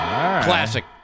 Classic